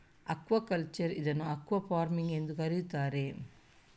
aquaculture ಇದನ್ನು aquafarming ಎಂದೂ ಕರೆಯುತ್ತಾರೆ